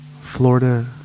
Florida